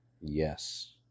Yes